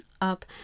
up